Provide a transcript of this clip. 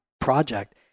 project